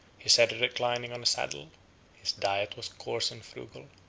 his head reclining on a saddle his diet was coarse and frugal,